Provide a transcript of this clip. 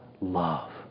love